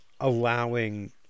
allowing